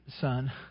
son